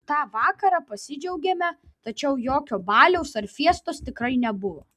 tą vakarą pasidžiaugėme tačiau jokio baliaus ar fiestos tikrai nebuvo